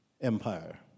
empire